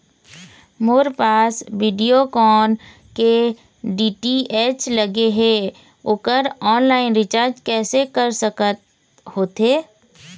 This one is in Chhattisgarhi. मोर पास वीडियोकॉन के डी.टी.एच लगे हे, ओकर ऑनलाइन रिचार्ज कैसे कर सकत होथे?